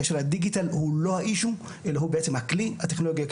כאשר הדיגיטל הוא לא האישיו אלא הוא בעצם הכלי הטכנולוגי.